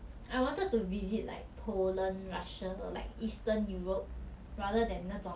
commercialized one like paris I mean I want to go paris also but then I'm more interested in 那种